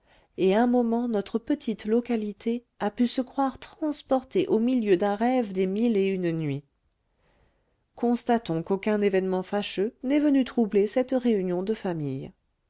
et un moment notre petite localité a pu se croire transportée au milieu d'un rêve des mille et une nuits constatons qu'aucun événement fâcheux n'est venu troubler cette réunion de famille